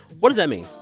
what does that mean?